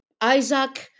Isaac